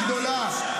אתה באמת צודק.